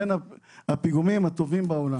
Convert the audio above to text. בין הפיגומים הטובים בעולם.